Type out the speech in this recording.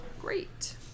Great